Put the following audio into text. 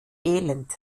elend